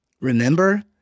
remember